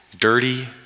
dirty